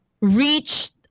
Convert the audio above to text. reached